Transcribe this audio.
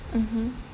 mmhmm